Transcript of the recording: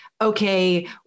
okay